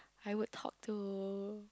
I would talk to